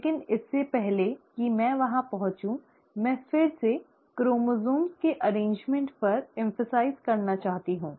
लेकिन इससे पहले कि मैं वहां पहुंचूं मैं फिर से क्रोमोसोम्स की व्यवस्था पर जोर देना चाहती हूं